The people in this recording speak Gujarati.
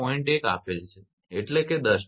1 આપેલ છે એટલે કે 10 ટકા